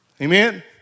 Amen